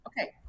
Okay